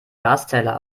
gaszähler